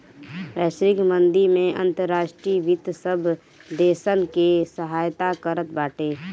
वैश्विक मंदी में अंतर्राष्ट्रीय वित्त सब देसन के सहायता करत बाटे